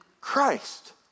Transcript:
Christ